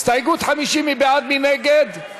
הסתייגות 50, מי בעד ההסתייגות?